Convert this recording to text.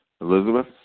Elizabeth